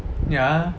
ya